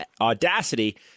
audacity